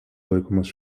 laikomas